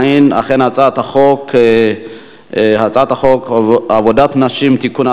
ההצעה להעביר את הצעת חוק עבודת נשים (תיקון,